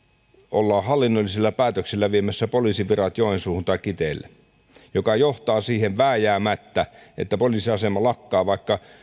ollaan hallinnollisilla päätöksillä viemässä poliisivirat joensuuhun tai kiteelle mikä johtaa vääjäämättä siihen että poliisiasema lakkaa vaikka